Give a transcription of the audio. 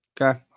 Okay